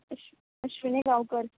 अश्व अश्विनी गांवकर